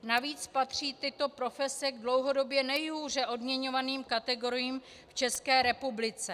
Navíc patří tyto profese k dlouhodobě nejhůře odměňovaným kategoriím v České republice.